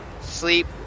sleep